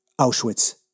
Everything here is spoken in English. Auschwitz